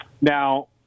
Now